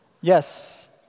Yes